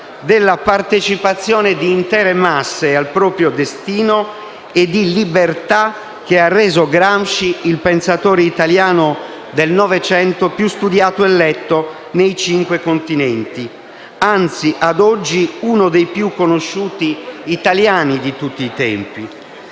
della partecipazione di intere masse al proprio destino e di libertà, che ha reso Gramsci il pensatore italiano del Novecento più studiato e letto nei cinque Continenti; anzi, ad oggi, uno degli italiani più conosciuti di tutti i tempi.